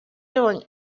doing